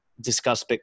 discuss